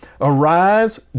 arise